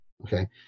okay